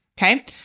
Okay